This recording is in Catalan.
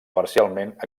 parcialment